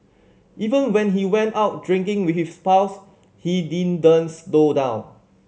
even when he went out drinking with his pals he didn't slow down